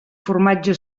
formatge